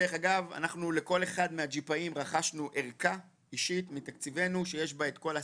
דרך אגב לכל אחד מהג'יפאים רכשנו ערכה אישית מתקציבנו שיש בה את כל הסט.